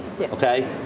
okay